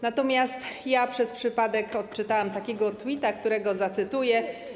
Natomiast przez przypadek odczytałam takiego tweeta, którego zacytuję.